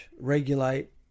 regulate